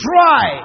Try